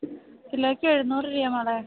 കിലോയ്ക്ക് എഴുന്നൂറ് രൂപയാണ് മോളെ